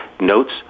notes